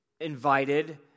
invited